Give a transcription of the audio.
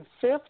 fifth